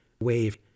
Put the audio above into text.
wave